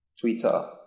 Twitter